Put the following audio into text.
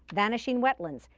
vanishing wetlands.